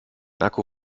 akku